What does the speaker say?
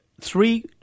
three